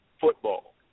football